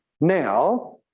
Now